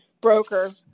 broker